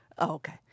okay